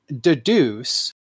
deduce